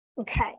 okay